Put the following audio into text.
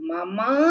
Mama